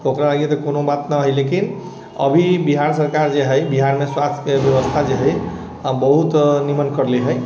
ओकरा लिअ तऽ कोनो बात न है लेकिन अभि बिहार सरकार जे हइ बिहारमे स्वास्थ्य व्यवस्था जे हइ अब बहुत निमन करलै है